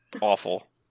awful